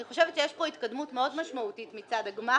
אני חושבת שיש פה התקדמות מאוד משמעותית מצד הגמ"חים.